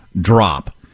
drop